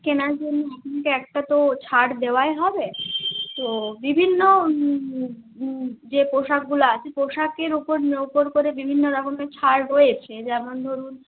কেনার জন্য একটা তো ছাড় দেওয়াই হবে তো বিভিন্ন যে পোশাকগুলো আছে পোশাকের উপর উপর করে বিভিন্ন রকমের ছাড় রয়েছে যেমন ধরুন